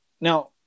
Now